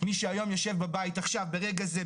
מי שהיום יושב בבית עכשיו ברגע זה,